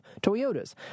Toyota's